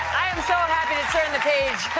i am so happy to turn the page.